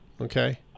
okay